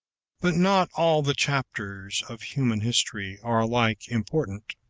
but not all the chapters of human history are alike important.